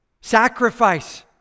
Sacrifice